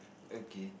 okay